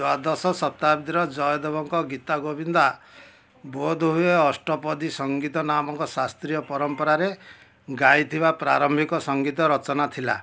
ଦ୍ୱାଦଶ ଶତାବ୍ଦୀର ଜୟଦେବଙ୍କ ଗୀତା ଗୋବିନ୍ଦା ବୋଧହୁଏ ଅଷ୍ଟପଦୀ ସଙ୍ଗୀତ ନାମକ ଶାସ୍ତ୍ରୀୟ ପରମ୍ପରାରେ ଗାଇଥିବା ପ୍ରାରମ୍ଭିକ ସଂଗୀତ ରଚନା ଥିଲା